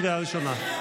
קריאה ראשונה.